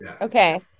Okay